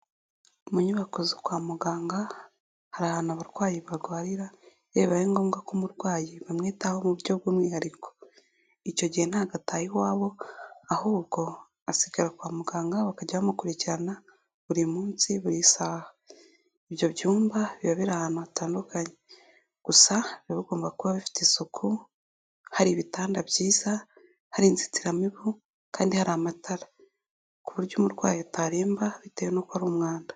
Mu nyubako zo kwa muganga, hari ahantu abarwayi barwarira, iyo bibaye ngombwa ko umurwayi bamwitaho mu bw'umwihariko. Icyo gihe ntago ataha iwabo, ahubwo asigara kwa muganga, bakajya bamukurikirana buri munsi, buri saha. Ibyo byumba biba biri ahantu hatandukanye. Gusa bigomba kuba bifite isuku, hari ibitanda byiza, hari inzitiramibu kandi hari amatara. Ku buryo umurwayi utaremba, bitewe n'uko ari umwanda.